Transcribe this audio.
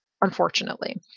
unfortunately